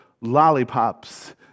lollipops